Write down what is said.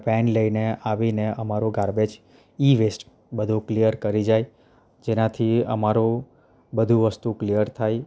van લઈને આવીને અમારું ગાર્બેજ ઇવેસ્ટ બધુ ક્લિયર કરી જાય જેનાથી અમારું બધુ વસ્તુ ક્લિયર થાય